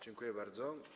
Dziękuję bardzo.